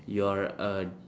you are a